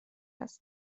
است